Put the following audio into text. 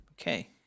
Okay